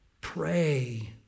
pray